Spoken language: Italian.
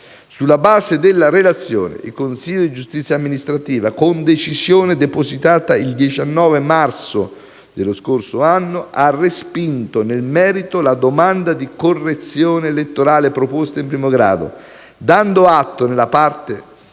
Sulla base della relazione, il consiglio di giustizia amministrativa, con decisione depositata il 19 marzo dello scorso anno, ha respinto nel merito la domanda di correzione elettorale proposta in primo grado, dando atto nella parte